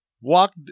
walk